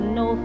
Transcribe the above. no